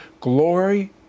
glory